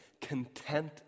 content